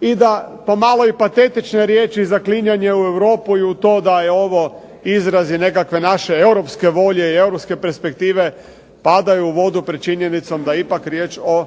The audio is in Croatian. i da po malo i patetičnoj riječi zaklinjanje u Europu i u to da je ovo izraz i nekakve naše europske volje i europske perspektive padaju u vodu pred činjenicom da je ipak riječ o